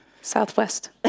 Southwest